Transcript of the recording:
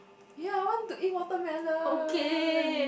ye I want to eat watermelon